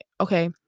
okay